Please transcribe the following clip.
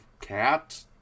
cat